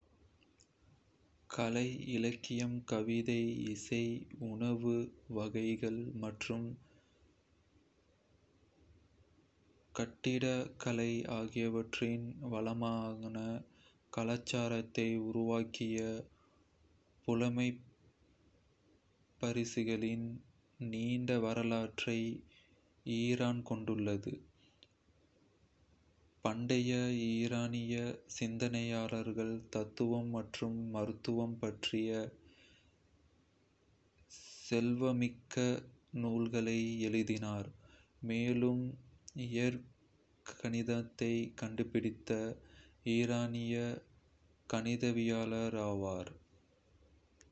கலை, இலக்கியம், கவிதை, இசை, உணவு வகைகள் மற்றும் கட்டிடக்கலை ஆகியவற்றின் வளமான கலாச்சாரத்தை உருவாக்கிய புலமைப்பரிசில்களின் நீண்ட வரலாற்றை ஈரான் கொண்டுள்ளது. பண்டைய ஈரானிய சிந்தனையாளர்கள் தத்துவம் மற்றும் மருத்துவம் பற்றிய செல்வாக்குமிக்க நூல்களை எழுதினர், மேலும் இயற்கணிதத்தை கண்டுபிடித்த ஈரானிய கணிதவியலாளர் ஆவார்.